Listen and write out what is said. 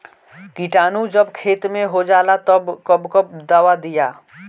किटानु जब खेत मे होजाला तब कब कब दावा दिया?